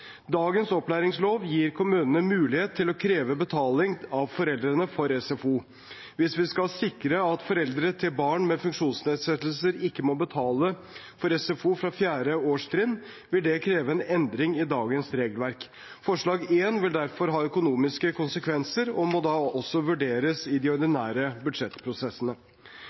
Dagens opplæringslov gir kommunene mulighet til å kreve betaling av foreldrene for SFO. Hvis vi skal sikre at foreldre til barn med funksjonsnedsettelser ikke må betale for SFO fra 4. årstrinn, vil det kreve en endring i dagens regelverk. Forslag nr. 1 vil derfor ha økonomiske konsekvenser og må da vurderes i de ordinære budsjettprosessene.